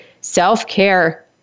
Self-care